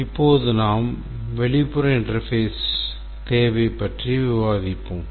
இப்போது நாம் வெளிப்புற interface தேவை பற்றி விவாதிப்போம்